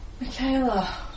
Michaela